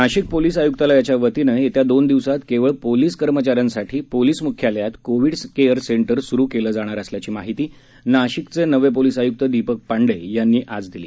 Nashik police आयुक्तालयाच्या वतीनं येत्या दोन दिवसात केवळ पोलीस कर्मचा यांसाठी पोलीस मुख्यालयात कोविड केअर सेंटर सुरू करण्यात येणार असल्याची माहिती नाशिकचे नवे पोलीस आयुक्त दीपक पाण्डेय यांनी आज दिली